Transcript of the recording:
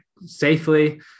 safely